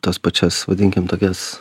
tas pačias vadinkim tokias